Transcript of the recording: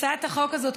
הצעת החוק הזאת,